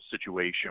situation